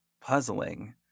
puzzling